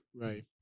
Right